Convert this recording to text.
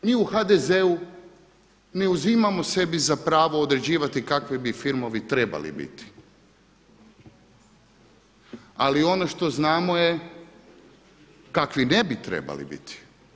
Mi u HDZ-u ne uzimamo sebi za pravo određivati kakvi bi filmovi trebali biti, ali ono što znamo je kakvi ne bi trebali biti.